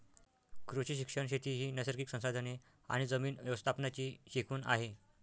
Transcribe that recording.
कृषी शिक्षण शेती ही नैसर्गिक संसाधने आणि जमीन व्यवस्थापनाची शिकवण आहे